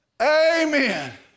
Amen